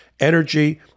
energy